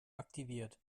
aktiviert